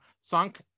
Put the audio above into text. sunk